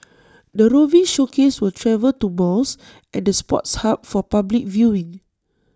the roving showcase will travel to malls and the sports hub for public viewing